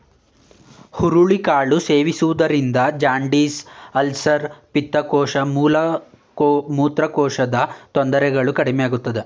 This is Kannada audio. ಹುರುಳಿ ಕಾಳು ಸೇವಿಸುವುದರಿಂದ ಜಾಂಡಿಸ್, ಅಲ್ಸರ್, ಪಿತ್ತಕೋಶ, ಮೂತ್ರಕೋಶದ ತೊಂದರೆಗಳು ಕಡಿಮೆಯಾಗುತ್ತದೆ